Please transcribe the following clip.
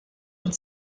und